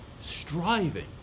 striving